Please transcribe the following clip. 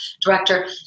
director